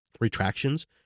retractions